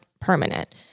permanent